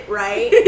right